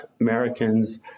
Americans